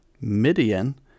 Midian